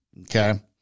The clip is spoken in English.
okay